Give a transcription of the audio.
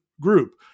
group